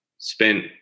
spent